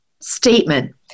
statement